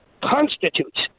constitutes